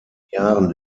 jahren